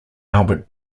albert